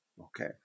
Okay